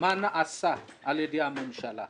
מה שנעשה על ידי הממשלה.